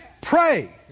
pray